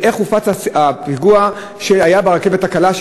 איך הופץ סרטון הפיגוע ברכבת הקלה,